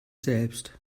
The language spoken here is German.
selbst